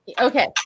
okay